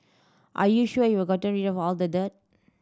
are you sure you're gotten rid of all the dirt